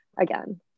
again